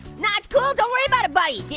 naw, it's cool, don't worry about it, buddy.